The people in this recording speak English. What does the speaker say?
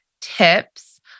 tips